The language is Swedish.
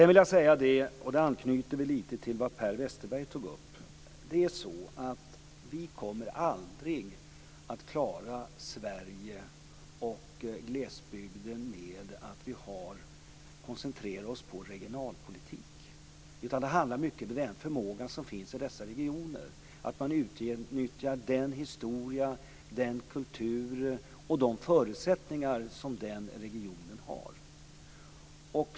Jag vill säga, vilket också anknyter till vad Per Westerberg tog upp, att vi aldrig kommer att klara Sverige och glesbygden om vi koncentrerar oss på regionalpolitik. Det handlar mycket om den förmåga som finns i dessa regioner, att man utnyttjar den historia, den kultur och de förutsättningar som den regionen har.